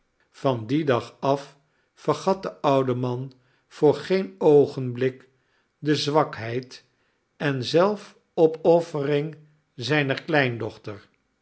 van dien dag af vergat de oude man voor geen oogenblik de zwakheid en zelfopoffering zijner kleindochter